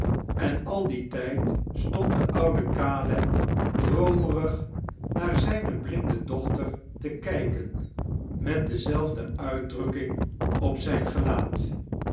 en al dien tijd stond de oude caleb droomerig naar zijne blinde dochter te kijken met dezelfde uitdrukking op zijn gelaat